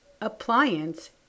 appliance